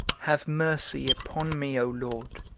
have mercy upon me, o lord,